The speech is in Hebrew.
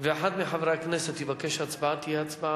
ואחד מחברי הכנסת יבקש הצבעה, תהיה הצבעה.